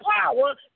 power